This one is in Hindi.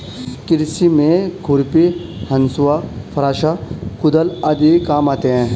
कृषि में खुरपी, हँसुआ, फरसा, कुदाल आदि काम आते है